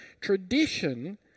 tradition